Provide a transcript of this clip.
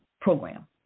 program